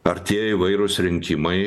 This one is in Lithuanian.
artėja įvairūs rinkimai